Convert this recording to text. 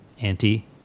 anti